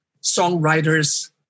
songwriters